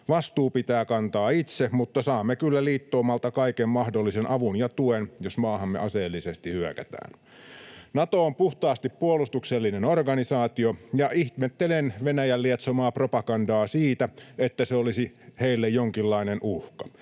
Vastuu pitää kantaa itse, mutta saamme kyllä liittoumalta kaiken mahdollisen avun ja tuen, jos maahamme aseellisesti hyökätään. Nato on puhtaasti puolustuksellinen organisaatio, ja ihmettelen Venäjän lietsomaa propagandaa siitä, että se olisi heille jonkinlainen uhka.